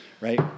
right